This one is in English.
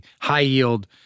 high-yield